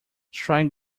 try